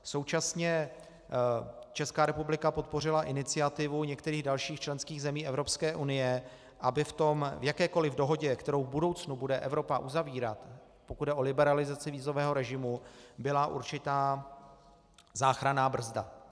Současně Česká republika podpořila iniciativu některých dalších členských zemí Evropské unie, aby v jakékoliv dohodě, kterou v budoucnu bude Evropa uzavírat, pokud jde o liberalizaci vízového režimu, byla určitá záchranná brzda.